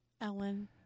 Ellen